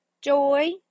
joy